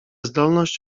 zdolność